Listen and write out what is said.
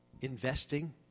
investing